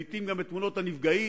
לעתים גם את תמונות הנפגעים,